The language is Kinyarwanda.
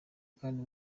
kandi